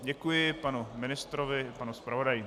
Děkuji panu ministrovi i panu zpravodaji.